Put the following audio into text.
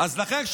אז לכן,